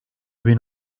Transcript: bin